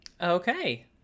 Okay